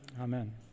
amen